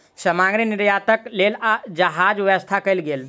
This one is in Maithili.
सामग्री निर्यातक लेल जहाज के व्यवस्था कयल गेल